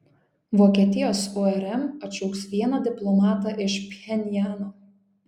vokietijos urm atšauks vieną diplomatą iš pchenjano